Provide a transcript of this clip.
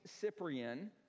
Cyprian